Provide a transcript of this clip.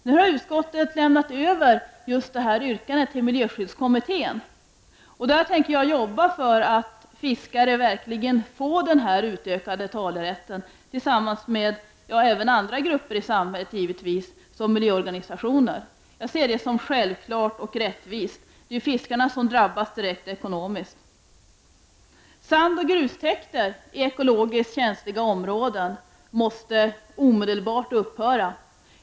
Nu har utskottet lämnat över det yrkandet till miljöskyddskommittén, och där tänker jag arbeta för att fiskare verkligen får den här utökade talerätten, tillsammans med andra grupper i samhället givetvis, som miljöorganisationer. Jag ser det som självklart och rättvist. Det är ju fiskarna som drabbas direkt ekonomiskt. Sandoch grustäkter i ekologiskt känsliga områden måste omedelbart upphöra.